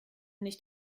nicht